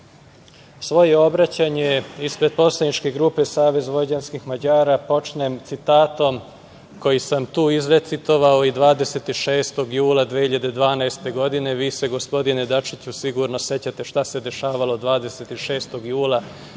svoje obraćanje ispred poslaničke grupe SVM počnem citatom koji sam tu rekao 26. jula 2012. godine. Vi se gospodine Dačiću sigurno sećate šta se dešavalo 26. jula 2012.